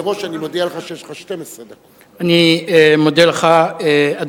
מראש אני מודיע לך שיש לך 12 דקות.